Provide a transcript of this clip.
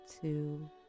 two